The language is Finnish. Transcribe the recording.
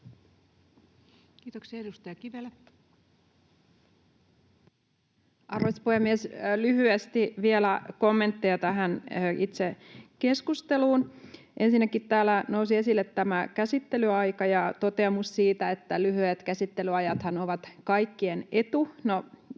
Arvoisa puhemies! Lyhyesti vielä kommentteja tähän itse keskusteluun. Ensinnäkin täällä nousi esille tämä käsittelyaika ja toteamus siitä, että lyhyet käsittelyajathan ovat kaikkien etu.